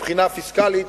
מבחינה פיסקלית,